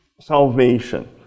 salvation